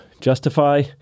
justify